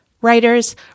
Writers